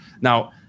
Now